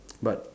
but